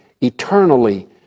eternally